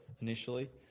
initially